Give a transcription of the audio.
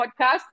podcast